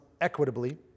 equitably